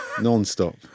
Non-stop